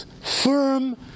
firm